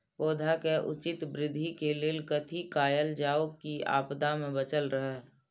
पौधा के उचित वृद्धि के लेल कथि कायल जाओ की आपदा में बचल रहे?